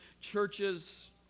churches